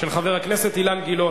של חבר הכנסת אילן גילאון.